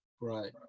Right